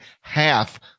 half